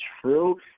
true